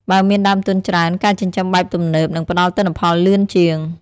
បើមានដើមទុនច្រើន ការចិញ្ចឹមបែបទំនើបនឹងផ្ដល់ទិន្នផលលឿនជាង។